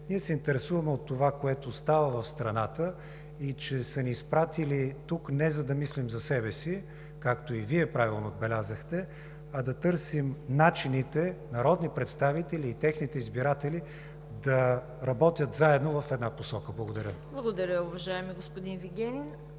ние се интересуваме от това, което става в страната, и че са ни изпратили тук не за да мислим за себе си, както и Вие правилно отбелязахте, а да търсим начините народните представители и техните избиратели да работят заедно в една посока. Благодаря Ви. ПРЕДСЕДАТЕЛ ЦВЕТА КАРАЯНЧЕВА: Благодаря, уважаеми господин Вигенин.